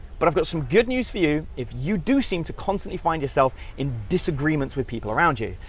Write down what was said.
but i've got some good news for you, if you do seem to constantly find yourself in disagreements with people around you,